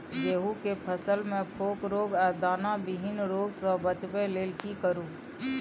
गेहूं के फसल मे फोक रोग आ दाना विहीन रोग सॅ बचबय लेल की करू?